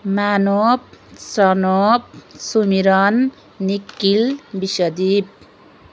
Manop Sanop Sumiran Nikhil Vishwadeep